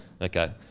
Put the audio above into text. Okay